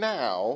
now